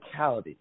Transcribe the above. physicality